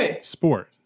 sport